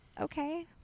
Okay